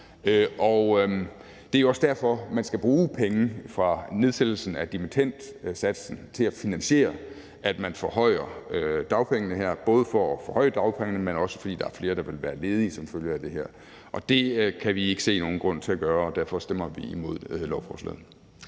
Det er jo også derfor, man skal bruge penge fra nedsættelsen af dimittendsatsen til at finansiere, at man forhøjer dagpengene her, både for at forhøje dagpengene, men også fordi der er flere, der vil være ledige som følge af det her. Det kan vi ikke se nogen grund til at gøre, og derfor stemmer vi imod lovforslaget.